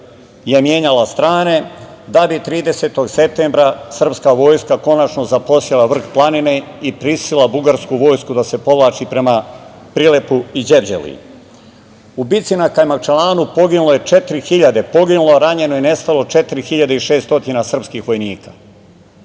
je menjala strane, da bi 30. septembra srpska vojska konačno zaposela vrh planine i prisilila bugarsku vojsku da se povlači prema Prilepu i Đevđeliji. U bici na Kajmakčalanu poginulo je, ranjeno i nestalo 4.600 srpskih vojnika.